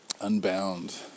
unbound